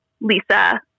Lisa